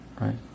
right